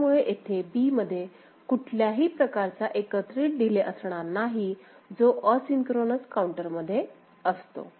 त्यामुळे येथे B मध्ये कुठल्याही प्रकारचा एकत्रित डीले असणार नाही जो असिंक्रोनस काउंटर मध्ये असतो